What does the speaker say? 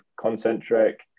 concentric